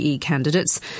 candidates